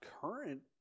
current